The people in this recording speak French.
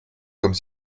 comme